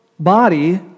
Body